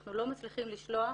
שאנחנו לא מצליחים לשלוח